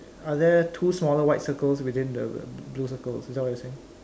are there two smaller white circles within the the blue circle is that what you're saying